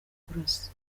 kurasa